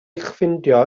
ffeindio